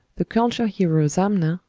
the culture-hero zamna,